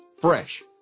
Fresh